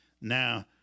Now